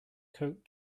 coat